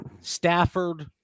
Stafford